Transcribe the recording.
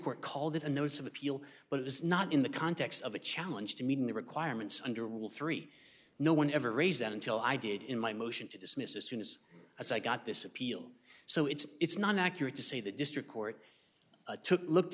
court called it a notice of appeal but it was not in the context of a challenge to meeting the requirements under rule three no one ever raised that until i did in my motion to dismiss as soon as i got this appeal so it's not accurate to say that district court took looked